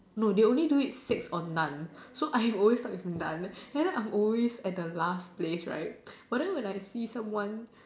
no they only do it six or non so I always start with non and then I'm always at the last place right but then when I see someone